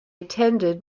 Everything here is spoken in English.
attended